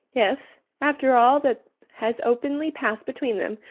if, after all that has openly passed between them,